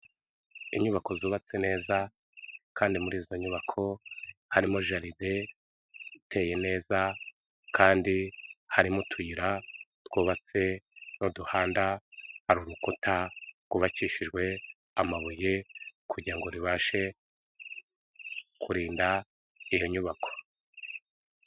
Inyubako zubatse neza kandi muri izo nyubako, harimo jaride iteye neza kandi harimo utuyira twubatse n'uduhanda, hari urukuta rwubakishijwe amabuye kugira ngo ribashe kurinda iyo nyubako.